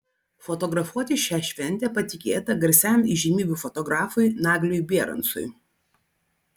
fotografuoti šią šventę patikėta garsiam įžymybių fotografui nagliui bierancui